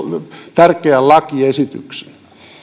tärkeän lakiesityksen